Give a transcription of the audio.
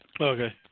Okay